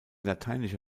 lateinische